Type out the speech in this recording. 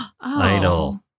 idol